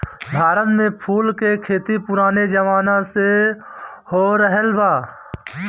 भारत में फूल के खेती पुराने जमाना से होरहल बा